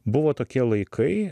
buvo tokie laikai